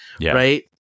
Right